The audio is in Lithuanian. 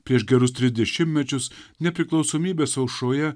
prieš gerus tris dešimtmečius nepriklausomybės aušroje